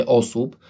osób